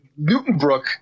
Newtonbrook